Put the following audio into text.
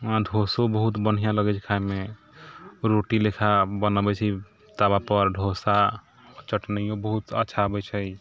वहाँ डोसो बहुत बढ़िआँ लगै छै खाइमे रोटी लेखा बनबै छी ताबापर डोसा चटनियो बहुत अच्छा आबै छै